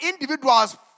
individuals